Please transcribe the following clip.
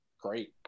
great